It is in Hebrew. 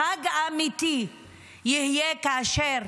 החג האמיתי יהיה כאשר